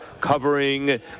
covering